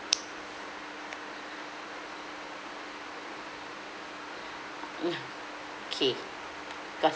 okay